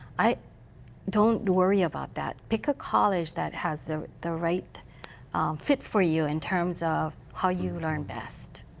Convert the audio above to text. i don't worry about that. pick a college that has ah the right fit for you in terms of how you learn best.